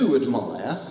admire